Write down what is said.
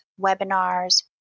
webinars